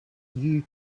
you